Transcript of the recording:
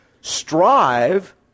strive